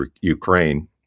Ukraine